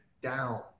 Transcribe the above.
down